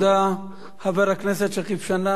חבר הכנסת שכיב שנאן, בבקשה.